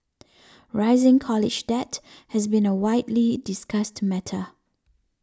rising college debt has been a widely discussed matter